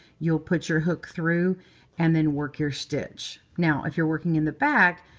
you'll put your hook through and then work your stitch. now, if you're working in the back,